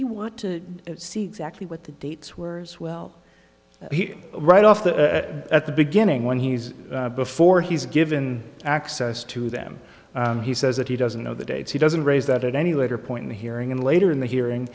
we want to see exactly what the dates were as well he right off the at the beginning when he's before he's given access to them he says that he doesn't know the dates he doesn't raise that at any later point in the hearing and later in the hearing